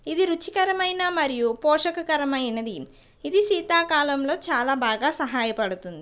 ఇది రుచికరమైన మరియు పోషకకరమైనది ఇది శీతాకాలంలో చాలా బాగా సహాయపడుతుంది